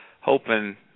hoping